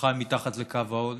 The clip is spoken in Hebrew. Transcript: חי מתחת לקו העוני,